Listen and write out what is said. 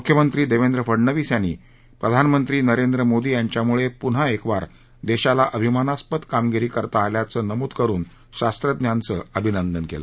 मुख्यमंत्री देवेंद्र फडणवीस यांनी प्रधानमंत्री नरेंद्र मोदी यांच्यामुळे पुन्हा एकवार देशाला अभिमानस्पद कामगिरी करता आल्याचं नमूद करुन शास्त्रज्ञांचं अभिनंदन केलं